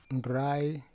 dry